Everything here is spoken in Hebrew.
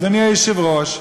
אדוני היושב-ראש,